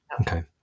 Okay